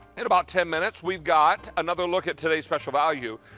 in about ten minutes we've got another look at today's special value.